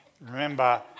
remember